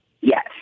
yes